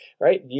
right